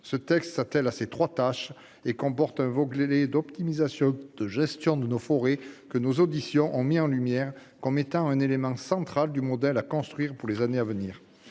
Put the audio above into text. Ce texte s'attelle à ces trois tâches et comporte un volet d'optimisation de la gestion de nos forêts que nos auditions ont mis en lumière comme étant un élément central du modèle à construire pour les années à venir.